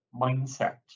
mindset